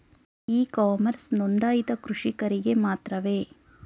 E commerce ನೊಂದಾಯಿತ ಕೃಷಿಕರಿಗೆ ಮಾತ್ರವೇ?